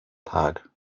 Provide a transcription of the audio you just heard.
tag